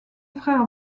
frère